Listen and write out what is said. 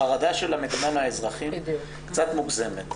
החרדה של המדינה מהאזרחים קצת מוגזמת,